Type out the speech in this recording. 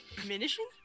Diminishing